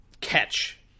catch